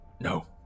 No